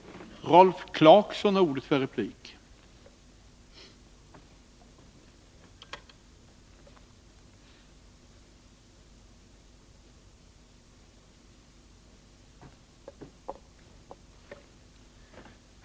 Med detta yrkar jag, herr talman, bifall till reservationerna 1, 3, 5 och 7 och i övrigt till utskottets hemställan.